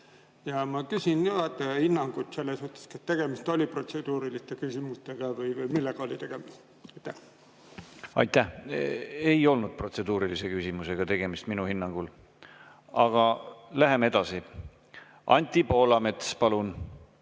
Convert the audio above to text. Ma küsin juhataja hinnangut, selles mõttes, et kas tegemist oli protseduuriliste küsimustega. Või millega oli tegemist? Aitäh! Ei olnud protseduurilise küsimusega tegemist minu hinnangul. Aga läheme edasi. Anti Poolamets, palun!